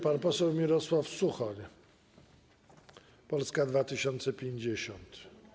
Pan poseł Mirosław Suchoń, Polska 2050.